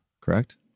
correct